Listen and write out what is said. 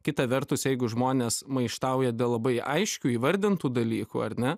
kita vertus jeigu žmonės maištauja dėl labai aiškių įvardintų dalykų ar ne